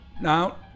Now